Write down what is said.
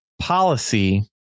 policy